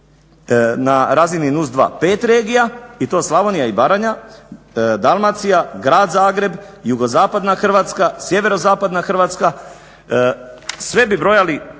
na razini NUC 2, 5 regija i to Slavonija i Baranja, Dalmacija, Grad Zagreb, jugozapadna Hrvatska, sjeverozapadna Hrvatska. Sve bi brojali